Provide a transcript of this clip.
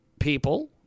people